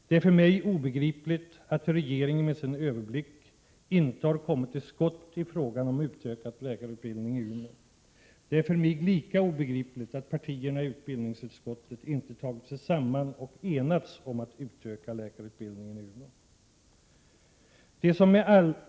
Det är för mig obegripligt att regeringen med sin överblick inte har kommit till skott i frågan om utökad läkarutbildning i Umeå. Det är för mig lika obegripligt att partierna i utbildningsutskottet inte tagit sig samman och enats om att utöka läkarutbildningen i Umeå.